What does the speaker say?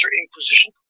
Inquisition